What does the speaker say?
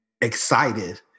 excited